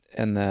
en